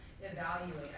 evaluate